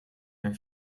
hun